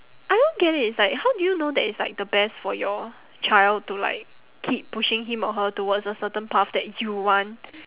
I don't get it it's like how do you know that it's like the best for your child to like keep pushing him or her towards a certain path that you want